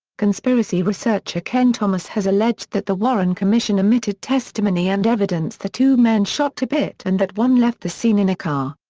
conspiracy researcher kenn thomas has alleged that the warren commission omitted testimony and evidence that two men shot tippit and that one left the scene in a car.